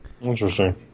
interesting